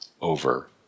over